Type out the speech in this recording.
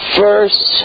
first